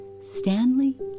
Stanley